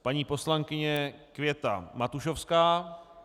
Paní poslankyně Květa Matušovská.